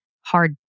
hard